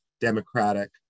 democratic